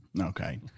okay